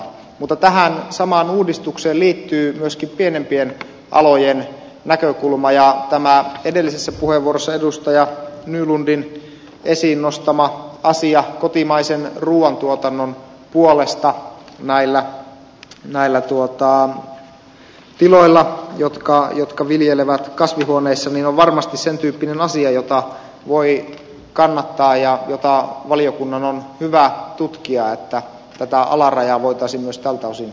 mutta tähän samaan uudistukseen liittyy myöskin pienempien alojen näkökulma ja tämä edellisessä puheenvuorossa edustaja nylundin esiin nostama asia kotimaisen ruuantuotannon puolesta näillä tiloilla jotka viljelevät kasvihuoneissa on varmasti sen tyyppinen asia jota voi kannattaa ja jota valiokunnan on hyvä tutkia niin että tätä alarajaa voitaisiin myös tältä osin